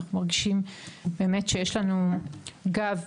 אנחנו מרגישים באמת שיש לנו גב.